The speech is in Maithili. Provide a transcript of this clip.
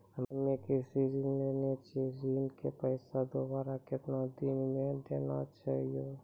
हम्मे कृषि ऋण लेने छी ऋण के पैसा दोबारा कितना दिन मे देना छै यो?